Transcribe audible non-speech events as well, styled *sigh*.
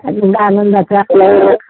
एवढ्या आनंदाचा आपलं *unintelligible*